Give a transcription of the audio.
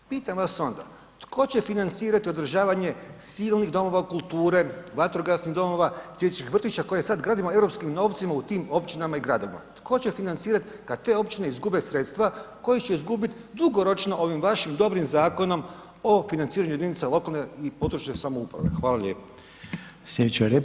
Pitam vas onda tko će financirat održavanje silnih domova kulture, vatrogasnih domova, dječjih vrtića koje sad gradimo europskim novcima u tim općinama i gradovima, tko će financirat kad te općije izgube sredstva koji će izgubit dugoročno ovim vašim dobrim Zakonom o financiranju jedinica lokalne i područne samouprave, hvala lijepa.